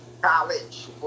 college